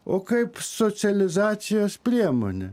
o kaip socializacijos priemonė